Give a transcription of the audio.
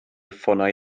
ffonau